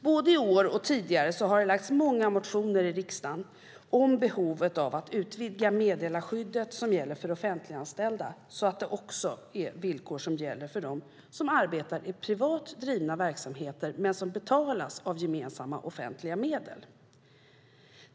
Både i år och tidigare har det väckts många motioner i riksdagen om behovet av att utvidga meddelarskyddet som gäller för offentliganställda så att det också blir ett villkor som gäller för dem som arbetar i sådana privat drivna verksamheter som betalas av gemensamma offentliga medel.